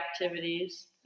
activities